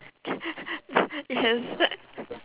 yes